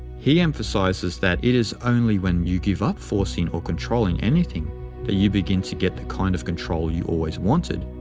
he emphasizes that it is only when you give up forcing or controlling anything that you begin to get the kind of control you always wanted,